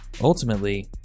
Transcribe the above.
Ultimately